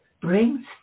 brings